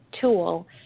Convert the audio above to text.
tool